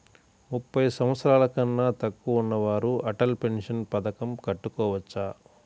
ముప్పై సంవత్సరాలకన్నా తక్కువ ఉన్నవారు అటల్ పెన్షన్ పథకం కట్టుకోవచ్చా?